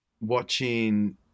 watching